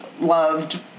loved